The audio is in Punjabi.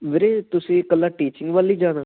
ਵੀਰੇ ਤੁਸੀਂ ਇਕੱਲਾ ਟੀਚਿੰਗ ਵੱਲ ਹੀ ਜਾਣਾ